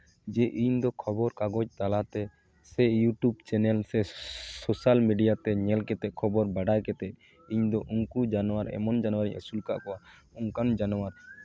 ᱡᱮ ᱤᱧᱫᱚ ᱠᱷᱚᱵᱚᱨ ᱠᱟᱜᱚᱡᱽ ᱛᱟᱞᱟᱛᱮ ᱥᱮ ᱤᱭᱩᱴᱩᱵᱽ ᱪᱮᱱᱮᱞ ᱥᱮ ᱥᱳᱥᱟᱞ ᱢᱤᱰᱤᱭᱟ ᱛᱮ ᱧᱮᱞ ᱠᱟᱛᱮᱫ ᱠᱷᱚᱵᱚᱨ ᱵᱟᱲᱟᱭ ᱠᱟᱛᱮᱫ ᱤᱧᱫᱚ ᱩᱱᱠᱩ ᱡᱟᱱᱣᱟᱨ ᱮᱢᱚᱱ ᱡᱟᱱᱣᱟᱨ ᱤᱧ ᱟᱹᱥᱩᱞ ᱟᱠᱟᱫ ᱠᱚᱣᱟ ᱚᱱᱠᱟᱱ ᱡᱟᱱᱣᱟᱨ